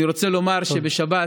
אני רוצה לומר שבשבת